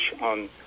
on